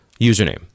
username